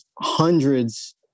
hundreds